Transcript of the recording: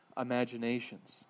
imaginations